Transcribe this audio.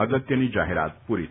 અગત્યની જાહેરાત પૂરી થઇ